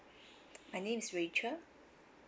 my name is rachel